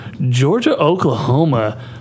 Georgia-Oklahoma